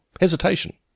Hesitation